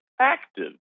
active